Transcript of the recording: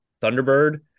Thunderbird